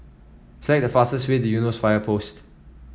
select the fastest way to Eunos Fire Post